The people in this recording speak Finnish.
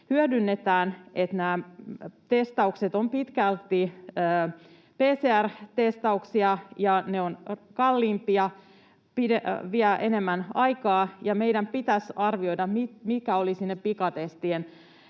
hyödynnetään. Testaukset ovat pitkälti PCR-testauksia, ja ne ovat kalliimpia, vievät enemmän aikaa. Meidän pitäisi arvioida, mitkä olisivat ne pikatestien